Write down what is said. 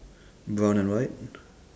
brown and white